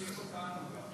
תוסיף אותנו.